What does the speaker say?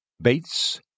Bates